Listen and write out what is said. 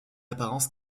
apparence